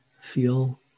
feel